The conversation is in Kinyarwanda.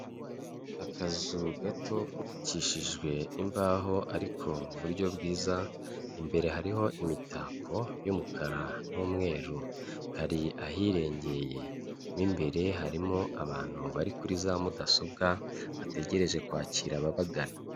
Akazu gato kubakishijwe imbaho ariko mu buryo bwiza, imbere hariho imitako y'umukara n'umweru kari ahirengeye, mo imbere harimo abantu bari kuri za mudasobwa bategereje kwakira ababagana.